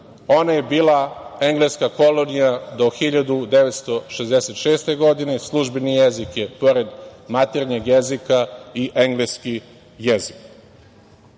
ona je bila Engleska kolonija do 1966. godine, službeni jezik je pored maternjeg jezika i engleski